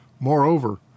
Moreover